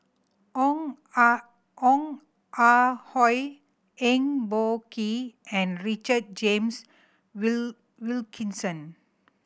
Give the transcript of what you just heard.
Ong Ah Ong Ah Hoi Eng Boh Kee and Richard James Wilkinson